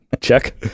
check